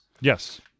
yes